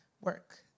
work